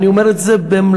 אני אומר את זה במלוא,